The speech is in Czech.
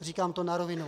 Říkám to na rovinu.